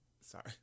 sorry